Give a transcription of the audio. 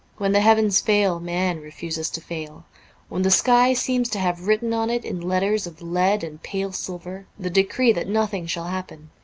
when the heavens fail man refuses to fail when the sky seems to have written on it, in letters of lead and pale silver, the decree that nothing shall happen,